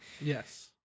yes